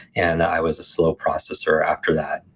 and i was a slow processor after that.